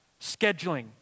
scheduling